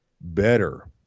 better